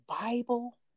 Bible